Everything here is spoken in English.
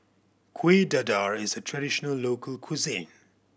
Kuih Dadar is a traditional local cuisine